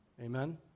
Amen